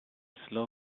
slow